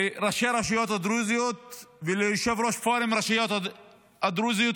לראשי הרשויות הדרוזיות וליושב-ראש פורום הרשויות הדרוזיות,